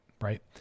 Right